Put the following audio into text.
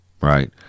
right